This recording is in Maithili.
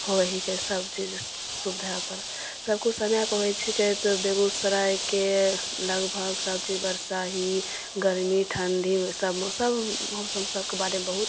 होही के सबचीज सुधेपर सबकिछु समयपर होइ छिकै बेगूसरायके लगभग सबचीज बरसाही गर्मी ठण्डी सब मौसम सब मौसम सबके बारेमे बहुत